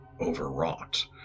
overwrought